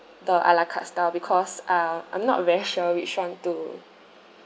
the a la carte style because ah I'm not very sure which [one] to